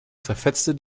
zerfetzte